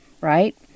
right